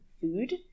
food